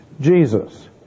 Jesus